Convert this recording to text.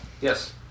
Yes